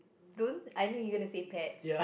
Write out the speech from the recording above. don't I know you're gonna say pets